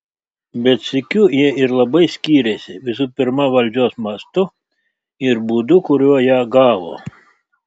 bet sykiu jie ir labai skyrėsi visų pirma valdžios mastu ir būdu kuriuo ją gavo